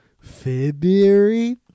February